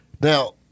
Now